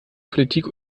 politik